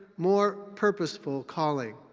more purposeful calling.